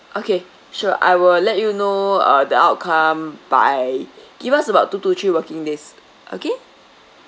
okay sure I will let you know uh the outcome by give us about two to three working days okay